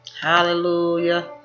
Hallelujah